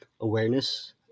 awareness